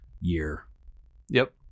year—yep